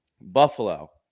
Buffalo